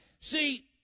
See